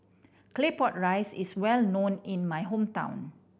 Claypot Rice is well known in my hometown